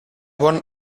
bon